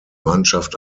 mannschaft